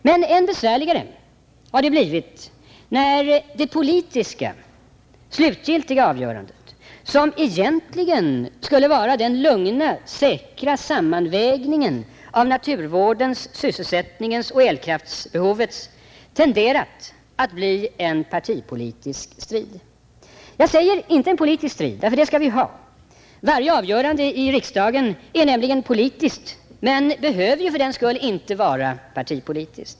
Men än besvärligare har det blivit när det politiska slutgiltiga avgörandet, som egentligen skulle vara den lugna säkra sammanvägningen av naturvårdens, sysselsättningens och elkraftsbehovets intressen, tenderat att bli en partipolitisk strid. Jag säger inte en politisk strid, ty det skall vi ha. Varje avgörande i riksdagen är nämligen politiskt men behöver ju fördenskull inte vara partipolitiskt.